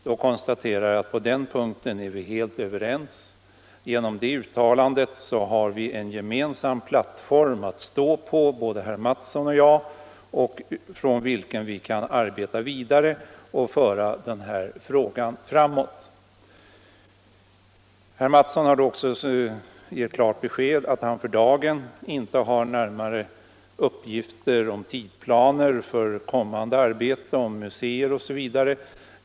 Då konstaterar jag att på den punkten är vi helt överens. Genom det uttalandet har herr Mattsson och jag en ge mensam plattform att stå på från vilken vi kan arbeta vidare i den här frågan. Herr Mattsson har också gett klart besked att han för dagen inte har närmare uppgifter om tidsplaner för kommande arbete när det gäller museer osv.